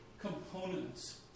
components